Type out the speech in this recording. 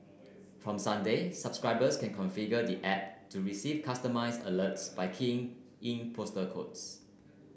from Sunday subscribers can configure the app to receive customised alerts by keying in postal codes